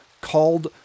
called